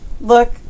look